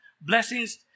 blessings